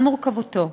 על מורכבותו,